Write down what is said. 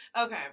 Okay